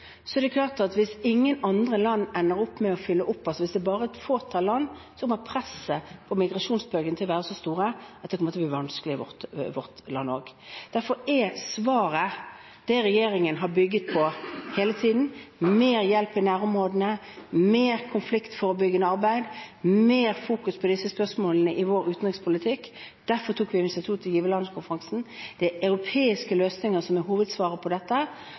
å oppfylle dem, hvis det bare er et fåtall av landene, kommer presset av migrasjonsbølgen til å være så stort at det blir vanskelig i vårt land også. Derfor er svaret det regjeringen har bygget på hele tiden: mer hjelp i nærområdene, mer konfliktforebyggende arbeid, mer fokusering på disse spørsmålene i vår utenrikspolitikk. Derfor tok vi initiativet til giverlandskonferansen. Det er europeiske løsninger som er hovedsvaret på dette,